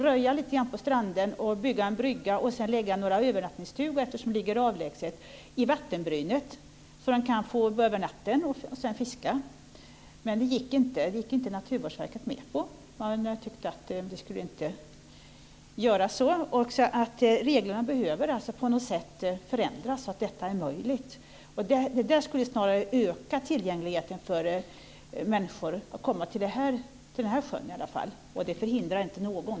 Han röjde på stranden, byggde en brygga och anlade några övernattningsstugor i vattenbrynet, eftersom sjön låg så avlägset. Men det gick Naturvårdsverket inte med på. Man tyckte inte att det skulle göras om. Reglerna behöver alltså på något sätt förändras så att detta blir möjligt. Det skulle snarare öka tillgängligheten för människor att komma i alla fall till den här sjön, och det förhindrar inte någon.